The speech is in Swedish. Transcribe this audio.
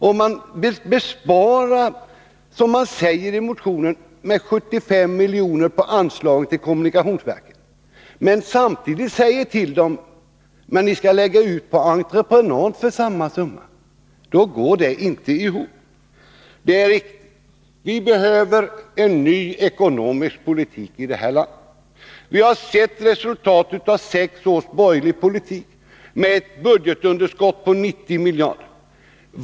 Skall man, som man säger i motionen, spara 75 miljoner på anslaget till kommunikationsverken men samtidigt säga till dem att de måste lägga ut på entreprenad för samma summa. Det går inte ihop. Det är riktigt att vi behöver en ny ekonomisk politik i det här landet. Vi har sett resultatet av sex års borgerlig politik med ett budgetunderskott på 90 miljarder.